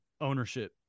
ownership